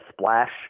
splash